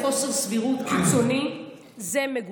מה קשור עכשיו העיתון?